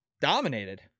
Dominated